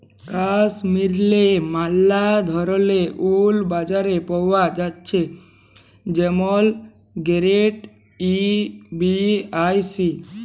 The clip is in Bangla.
কাশ্মীরেল্লে ম্যালা ধরলের উল বাজারে পাওয়া জ্যাছে যেমল গেরেড এ, বি আর সি